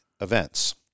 events